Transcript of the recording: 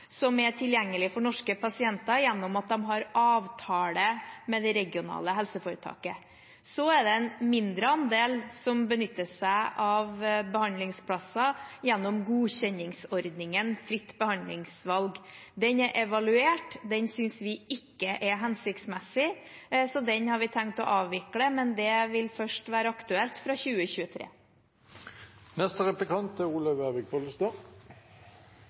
er tilgjengelige for norske pasienter gjennom at de har avtale med det regionale helseforetaket. Så er det en mindre andel som benytter seg av behandlingsplasser gjennom godkjenningsordningen fritt behandlingsvalg. Den er evaluert. Den synes vi ikke er hensiktsmessig, så den har vi tenkt å avvikle, men det vil først være aktuelt fra